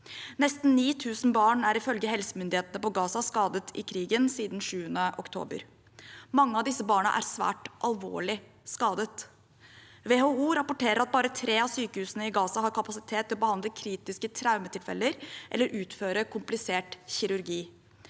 siden 7. oktober, ifølge helsemyndighetene i Gaza. Mange av disse barna er svært alvorlig skadet. WHO rapporterer at bare tre av sykehusene i Gaza har kapasitet til å behandle kritiske traumetilfeller eller utføre komplisert kirurgi.